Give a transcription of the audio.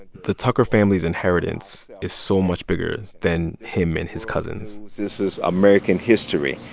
the tucker family's inheritance is so much bigger than him and his cousins this is american history.